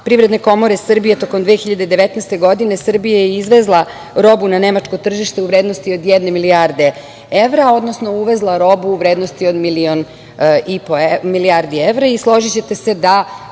Privredne komore Srbije, tokom 2019. godine Srbija je izvezla robu na nemačko tržište u vrednosti od jedne milijarde evra, odnosno uvezla robu u vrednosti od 1,5 milijardi evra. Složićete se da